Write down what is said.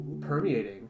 permeating